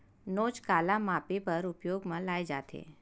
नोच काला मापे बर उपयोग म लाये जाथे?